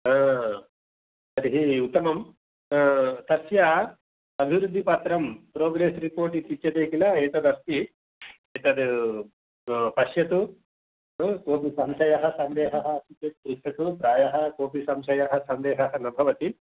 तर्हि उत्तमम् तस्य अभिवृद्धिपत्रं प्रोग्रेस् रिपोर्ट् इति उच्यते किल एतत् अस्ति एतत् पश्यतु कोपि संशयः सन्देहः अस्ति चेत् पृच्छतु प्रायः कोपि संशयः सन्देहः न भवति